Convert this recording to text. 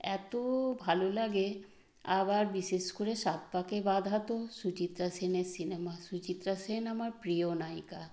এতও ভালো লাগে আবার বিশেষ করে সাত পাকে বাঁধা তো সুচিত্রা সেনের সিনেমা সুচিত্রা সেন আমার প্রিয় নায়িকা